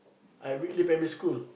I Whitley primary school